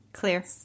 Clear